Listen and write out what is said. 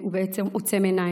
בעצם עוצם עיניים,